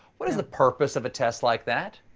what is the purpose of a test like that?